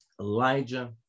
Elijah